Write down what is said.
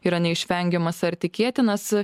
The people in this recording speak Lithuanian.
yra neišvengiamas ar tikėtinas